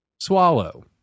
swallow